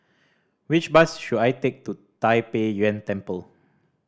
which bus should I take to Tai Pei Yuen Temple